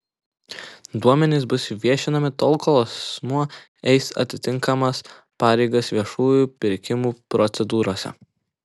duomenys bus viešinami tol kol asmuo eis atitinkamas pareigas viešųjų pirkimų procedūrose